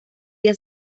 día